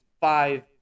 five